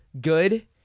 good